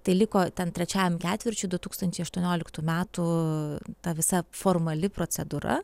tai liko ten trečiajam ketvirčiui du tūkstančiai aštuonioliktų metų ta visa formali procedūra